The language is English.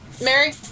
Mary